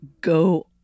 go